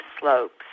slopes